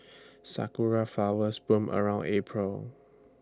Sakura Flowers bloom around April